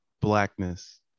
blackness